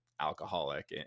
alcoholic